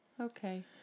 Okay